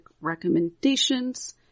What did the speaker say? recommendations